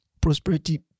prosperity